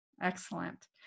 Excellent